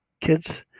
Kids